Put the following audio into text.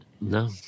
No